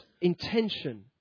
intention